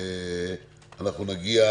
אנחנו נגיע